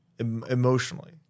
Emotionally